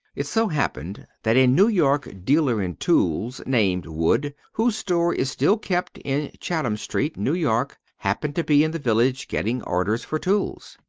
it so happened that a new york dealer in tools, named wood, whose store is still kept in chatham street, new york, happened to be in the village getting orders for tools.